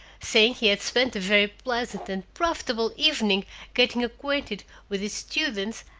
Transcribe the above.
saying he had spent a very pleasant and profitable evening getting acquainted with his students,